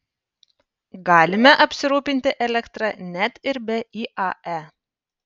galime apsirūpinti elektra net ir be iae